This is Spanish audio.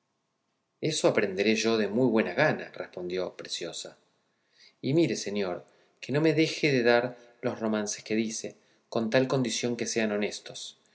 eso aprenderé yo de muy buena gana respondió preciosa y mire señor que no me deje de dar los romances que dice con tal condición que sean honestos